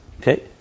Okay